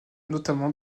notamment